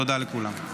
תודה לכולם.